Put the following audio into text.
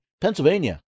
Pennsylvania